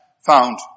Found